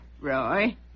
Roy